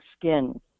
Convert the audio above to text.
skin